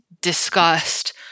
discussed